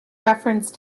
reference